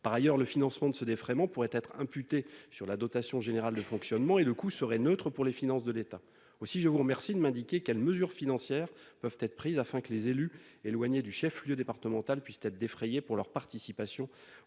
par ailleurs, le financement de ce défraiement pourraient être imputés sur la dotation générale de fonctionnement et le coût serait neutre pour les finances de l'état aussi, je vous remercie de m'indiquer quelles mesures financières peuvent être prises afin que les élus éloignées du chef-lieu départemental puissent être défrayés pour leur participation